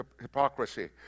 hypocrisy